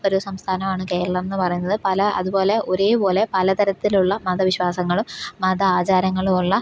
ഒരു സംസ്ഥാനമാണ് കേരളമെന്നു പറയുന്നത് പല അതുപോലെ ഒരേപോലെ പലതരത്തിലുള്ള മതവിശ്വാസങ്ങളും മത ആചാരങ്ങളുമുള്ള